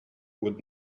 would